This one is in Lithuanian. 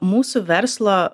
mūsų verslo